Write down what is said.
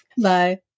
Bye